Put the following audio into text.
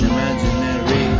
Imaginary